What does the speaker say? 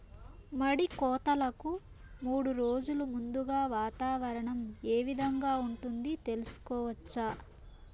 మడి కోతలకు మూడు రోజులు ముందుగా వాతావరణం ఏ విధంగా ఉంటుంది, తెలుసుకోవచ్చా?